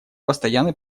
постоянный